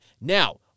Now